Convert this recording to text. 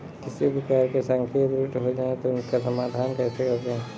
किसी प्रकार से सांख्यिकी त्रुटि हो जाए तो उसका समाधान कैसे करें?